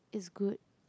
it's good